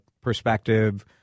perspective